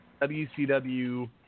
WCW